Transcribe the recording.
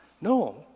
No